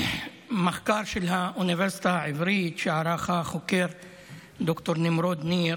מחקר של האוניברסיטה העברית שערך החוקר ד"ר נמרוד ניר